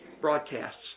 broadcasts